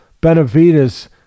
Benavides